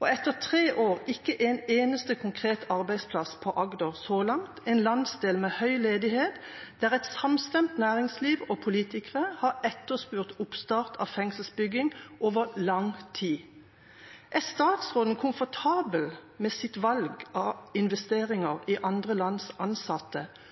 Og etter tre år er det ikke en eneste konkret arbeidsplass på Agder så langt, en landsdel med høy ledighet, der et samstemt næringsliv og politikere har etterspurt oppstart av fengselsbygging over lang tid. Er statsråden komfortabel med sitt valg av investeringer i andre lands ansatte,